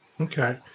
Okay